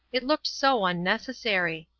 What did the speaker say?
it looked so unnecessary.